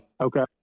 Okay